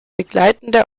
begleitende